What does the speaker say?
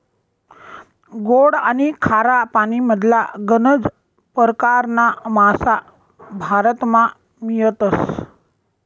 गोड आनी खारा पानीमधला गनज परकारना मासा भारतमा मियतस